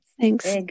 thanks